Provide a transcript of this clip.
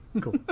Cool